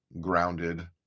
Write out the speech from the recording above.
grounded